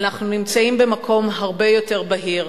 אנחנו נמצאים במקום הרבה יותר בהיר.